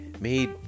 made